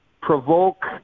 provoke